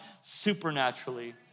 supernaturally